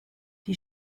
die